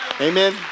Amen